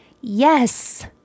yes